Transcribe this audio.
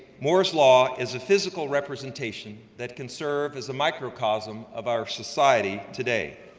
moore's law is a physical representation that can serve as a microcosm of our society today.